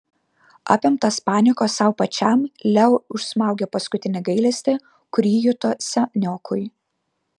apimtas paniekos sau pačiam leo užsmaugė paskutinį gailestį kurį juto seniokui